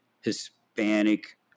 Hispanic